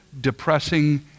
depressing